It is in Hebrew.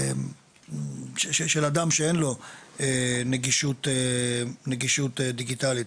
של אדם שאין לו נגישות דיגיטלית,